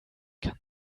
kann